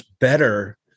better